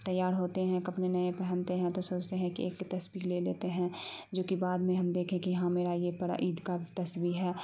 تیار ہوتے ہیں کپڑے نئے پہنتے ہیں تو سوچتے ہیں کہ ایک تصویر لے لیتے ہیں جوکہ بعد میں ہم دیکھیں کہ ہاں میرا یہ پڑا عید کا تصویر ہے